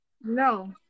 No